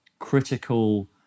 critical